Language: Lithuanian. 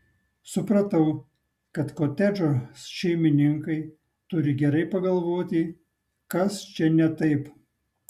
supratau kad kotedžo šeimininkai turi gerai pagalvoti kas čia ne taip